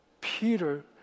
Peter